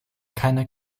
keiner